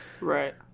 Right